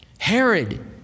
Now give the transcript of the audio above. Herod